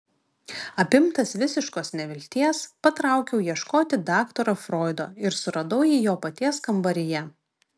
apimtas visiškos nevilties patraukiau ieškoti daktaro froido ir suradau jį jo paties kambaryje